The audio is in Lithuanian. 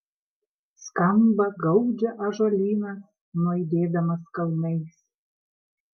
skamba gaudžia ąžuolynas nuaidėdamas kalnais